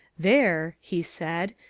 there, he said,